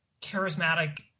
charismatic